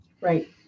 Right